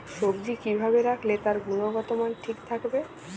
সবজি কি ভাবে রাখলে তার গুনগতমান ঠিক থাকবে?